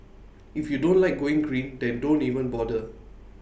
if you don't like going green then don't even bother